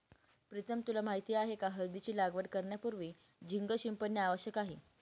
प्रीतम तुला माहित आहे का हळदीची लागवड करण्यापूर्वी झिंक शिंपडणे आवश्यक आहे